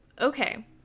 okay